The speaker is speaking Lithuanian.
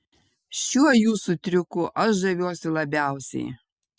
šiuo jūsų triuku aš žaviuosi labiausiai